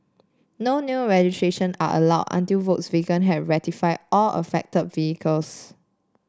no new registration are allowed until Volkswagen have rectify all affected vehicles